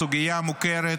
בסוגיה מוכרת,